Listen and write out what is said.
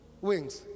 Wings